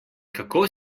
kako